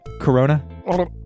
Corona